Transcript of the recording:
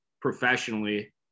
professionally